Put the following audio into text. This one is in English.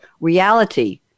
reality